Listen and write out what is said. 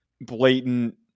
blatant